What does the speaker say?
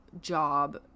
job